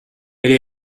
elle